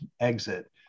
exit